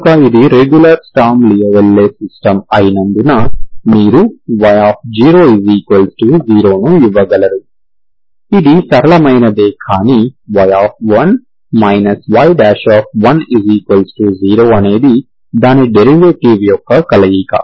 కనుక ఇది regular Sturm Liouville system అయినందున మీరు y0 ను ఇవ్వగలరు ఇది సరళమైనదే కానీ y1 y10 అనేది దాని డెరివేటివ్ యొక్క కలయిక